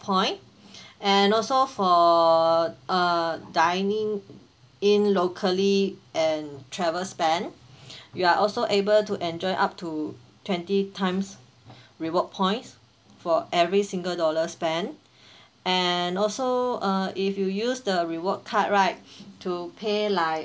point and also for uh dining in locally and travel spend we are also able to enjoy up to twenty times reward points for every single dollar spent and also uh if you use the reward card right to pay like